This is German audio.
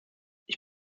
ich